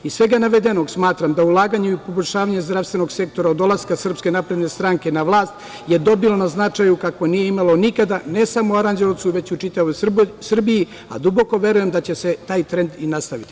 Iz svega navedenog, smatram da ulaganje i poboljšavanje zdravstvenog sektora od dolaska SNS na vlast je dobilo na značaju kako nije imalo nikada, ne samo u Aranđelovcu, već u čitavoj Srbiji, a duboko verujem da će se taj trend i nastaviti.